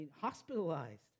hospitalized